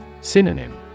Synonym